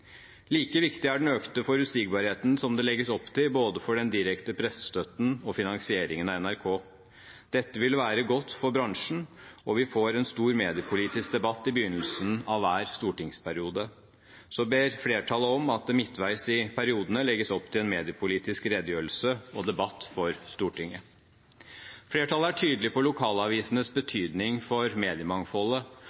Like viktig er den økte forutsigbarheten som det legges opp til for både den direkte pressestøtten og finansieringen av NRK. Dette vil være godt for bransjen, og vi får en stor mediepolitisk debatt i begynnelsen av hver stortingsperiode. Så ber flertallet om at det midtveis i periodene legges opp til en mediepolitisk redegjørelse og debatt for Stortinget. Flertallet er tydelige på lokalavisenes